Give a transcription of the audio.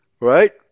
Right